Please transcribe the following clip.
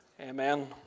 Amen